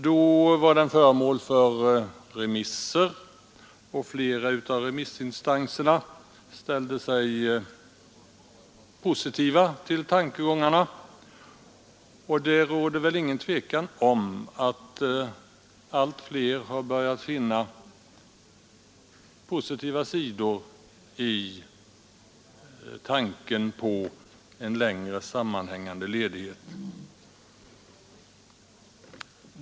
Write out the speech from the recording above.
Den motionen blev föremål för remissbehandling, och flera av remissinstanserna ställde sig positiva till tankegångarna. Det råder väl inget tvivel om att allt fler har börjat finna positiva sidor i tanken på en längre sammanhängande ledighet.